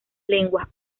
lenguas